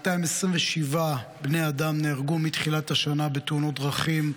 227 בני אדם נהרגו מתחילת השנה בתאונות דרכים,